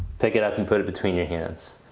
pick it up and put it between your hands.